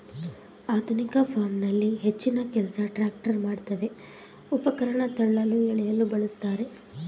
ಆಧುನಿಕ ಫಾರ್ಮಲ್ಲಿ ಹೆಚ್ಚಿನಕೆಲ್ಸ ಟ್ರ್ಯಾಕ್ಟರ್ ಮಾಡ್ತವೆ ಉಪಕರಣ ತಳ್ಳಲು ಎಳೆಯಲು ಬಳುಸ್ತಾರೆ